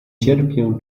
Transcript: cierpię